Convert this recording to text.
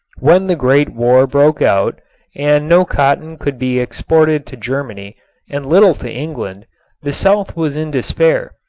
when the great war broke out and no cotton could be exported to germany and little to england the south was in despair,